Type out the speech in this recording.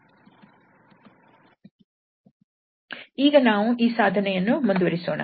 ಈಗ ನಾವು ಈ ಸಾಧನೆಯನ್ನು ಮುಂದುವರಿಸೋಣ